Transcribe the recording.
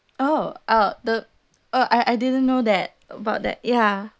oh uh the uh I I didn't know that about that ya